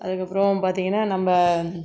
அதுக்கு அப்புறம் பார்த்திங்கன்னா நம்ப